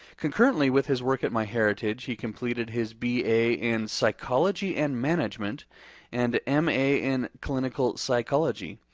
concurrently with his work at myheritage he completed his b a. in psychology and management and m a. in clinical psychology.